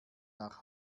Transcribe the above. nach